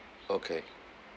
okay